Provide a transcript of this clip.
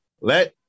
Let